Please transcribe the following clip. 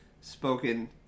spoken